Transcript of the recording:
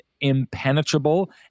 impenetrable